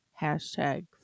hashtag